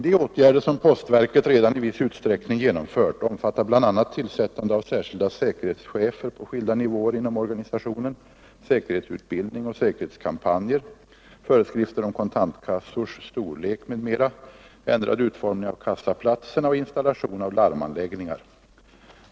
De åtgärder som postverket redan i viss utsträckning genomfört omfattar bl.a. tillsättande av särskilda säkerhetschefer på skilda nivåer inom organisationen, säkerhetsutbildning och säkerhetskampanjer, föreskrifter om kontantkassors storlek m.m., ändrad utformning av kassaplatserna och installation av larmanläggningar.